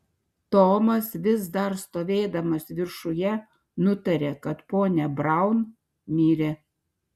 tomas vis dar stovėdamas viršuje nutarė kad ponia braun mirė